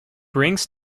brings